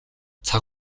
цаг